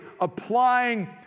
applying